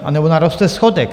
Anebo naroste schodek.